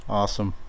awesome